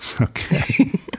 Okay